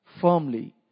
firmly